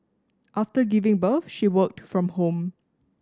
after giving birth she worked from home